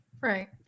right